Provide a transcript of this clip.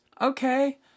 Okay